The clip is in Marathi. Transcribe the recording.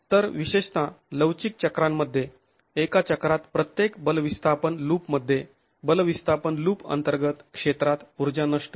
तर विशेषत लवचिक चक्रांमध्ये एका चक्रात प्रत्येक बल विस्थापन लूपमध्ये बल विस्थापन लुप अंतर्गत क्षेत्रात ऊर्जा नष्ट होते